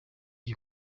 iki